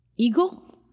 Eagle